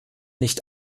nicht